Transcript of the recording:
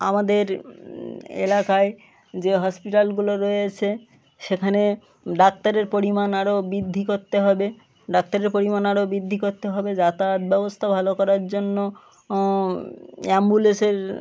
আমাদের এলাকায় যে হসপিটালগুলো রয়েছে সেখানে ডাক্তারের পরিমাণ আরও বৃদ্ধি করতে হবে ডাক্তারের পরিমাণ আরও বৃদ্ধি করতে হবে যাতায়াত ব্যবস্থা ভালো করার জন্য অ্যাম্বুল্যান্সের